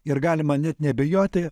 ir galima net neabejoti